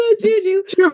juju